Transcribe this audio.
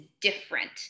different